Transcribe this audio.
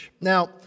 Now